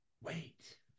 Wait